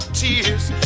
tears